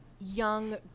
young